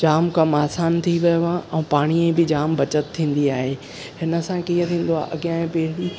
जाम कमु आसान थी वियो आहे ऐं पाणीअ ई बि जाम बचति थींदी आहे हिन सां कीअं थींदो आहे अॻियां ई पीड़ी